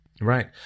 Right